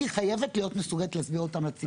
אני חייבת להיות מסוגלת להסביר אותם לציבור.